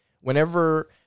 Whenever